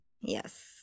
Yes